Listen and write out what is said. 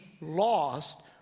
lost